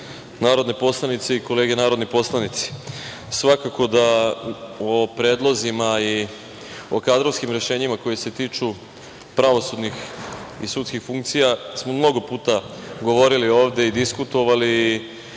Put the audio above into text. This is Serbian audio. narodne poslanice i kolege narodni poslanici, svakako da o predlozima i o kadrovskim rešenjima koji se tiču pravosudnih i sudskih funkcija smo mnogo puta govorili ovde i diskutovali.